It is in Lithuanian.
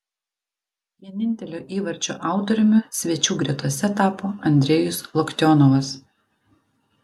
vienintelio įvarčio autoriumi svečių gretose tapo andrejus loktionovas